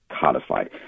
codified